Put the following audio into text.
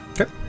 Okay